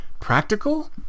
practical